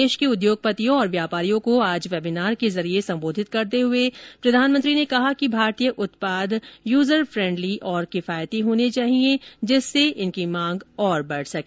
देश के उद्योगपतियों और व्यापारियों को आज वेबिनार के जरिये संबोधित करते हुए प्रधानमंत्री ने कहा कि भारतीय उत्पाद यूजर फ्रेंडली और किफायती होने चाहिए जिससे इनकी मांग और बढ़ सके